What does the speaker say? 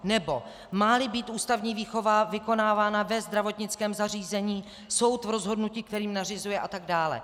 Nebo máli být ústavní výchova vykonávána ve zdravotnickém zařízení, soud v rozhodnutí, kterým nařizuje... a tak dále.